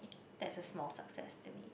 that's a small success to me